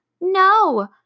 No